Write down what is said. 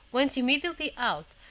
went immediately out,